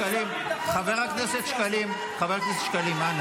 כבר נמאס לשמוע את ה"לא"